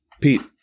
Pete